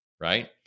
right